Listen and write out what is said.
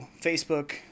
Facebook